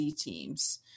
teams